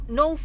no